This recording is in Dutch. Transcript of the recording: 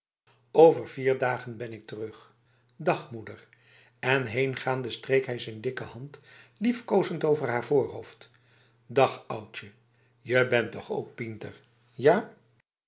over vier dagen ben ik terug dag moeder en heengaande streek hij zijn dikke hand liefkozend over haar voorhoofd dag oudje je bent toch ook pinter ja